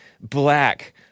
black